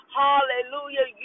hallelujah